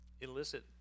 illicit